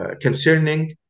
concerning